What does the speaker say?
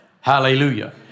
Hallelujah